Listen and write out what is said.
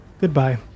goodbye